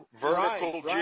vertical